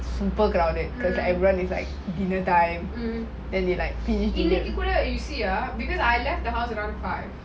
super crowded because everyone like dinner time and they like